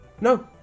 No